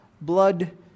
blood